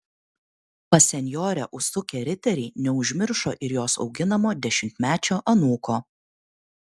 pas senjorę užsukę riteriai neužmiršo ir jos auginamo dešimtmečio anūko